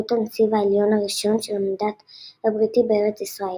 להיות הנציב העליון הראשון של המנדט הבריטי בארץ ישראל.